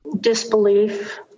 Disbelief